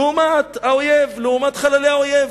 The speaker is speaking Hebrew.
לעומת האויב, לעומת חללי האויב.